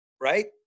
Right